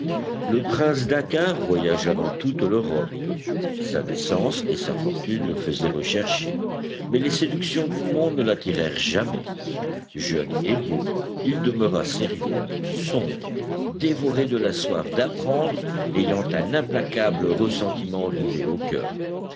le prince dakkar voyagea dans toute l'europe sa naissance et sa fortune le faisaient rechercher mais les séductions du monde ne l'attirèrent jamais jeune et beau il demeura sérieux sombre dévoré de la soif d'apprendre ayant un implacable ressentiment rivé au coeur